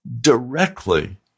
directly